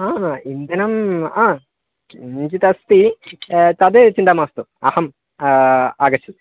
इन्दनं किञ्चित् अस्ति तत् चिन्ता मास्तु अहम् आगच्छतु